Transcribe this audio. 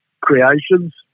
creations